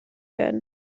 werden